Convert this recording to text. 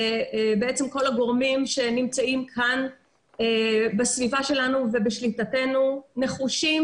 ובעצם כל הגורמים שנמצאים כאן בסביבה שלנו ובשליטתנו נחושים